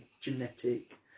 genetic